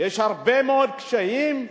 יש הרבה מאוד קשיים,